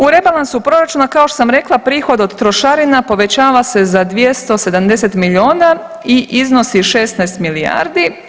U rebalansu proračuna kao što sam rekla prihod od trošarina povećava se za 270 milijuna i iznosi 16 milijardi.